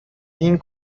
این